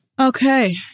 Okay